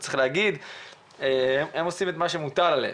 הם עושים את מה שמוטל עליהם,